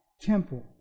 temple